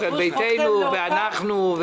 ישראל ביתנו ואנחנו.